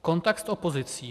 Kontakt s opozicí.